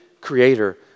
creator